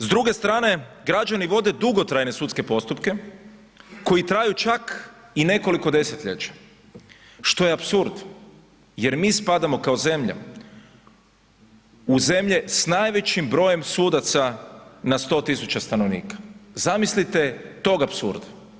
S druge strane građani vode dugotrajne sudske postupke koji traju čak i nekoliko desetljeća, što je apsurd jer mi spadamo kao zemlja u zemlje s najvećim brojem sudaca na 100.000 stanovnika, zamislite tog apsurda.